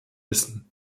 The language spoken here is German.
wissen